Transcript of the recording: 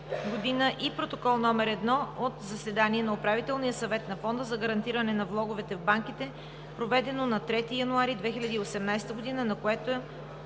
г., и Протокол № 1 от заседание на Управителния съвет на Фонда за гарантиране на влоговете в банките, проведено на 3 януари 2018 г., на което